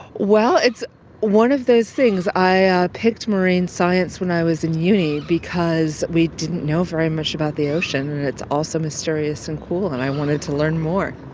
well, it's one of those things. i ah picked marine science when i was in uni because we didn't know very much about the ocean and it's also mysterious and cool and i wanted to learn more.